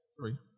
Three